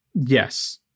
Yes